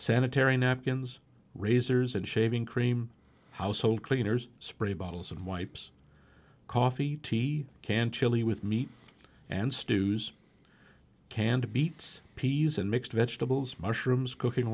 sanitary napkins razors and shaving cream household cleaners spray bottles and wipes coffee tea can chili with meat and stews canned beats peas and mixed vegetables mushrooms cooking